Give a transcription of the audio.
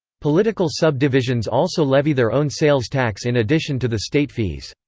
political subdivisions also levy their own sales tax in addition to the state fees.